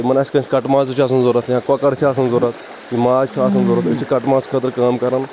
تِمَن آسہِ کٲنٛسہِ کٹہٕ مازٕچ ضروٗت یا کُۄکَر چھِ آسان ضروٗرت یہِ ماز چھُ آسان ضروٗرت کَٹھٕ ماز خٲطرٕ کٲم کَران